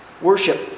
Worship